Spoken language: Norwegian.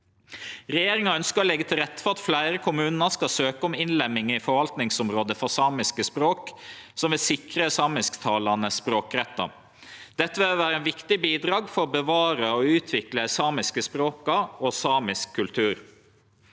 Regjeringa ønskjer å leggje til rette for at fleire kommunar søkjer om innlemming i forvaltningsområdet for samiske språk, som vil sikre samisktalande språkrettar. Dette vil vere eit viktig bidrag for å bevare og utvikle dei samiske språka og samisk kultur.